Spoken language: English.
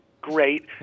great